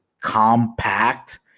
compact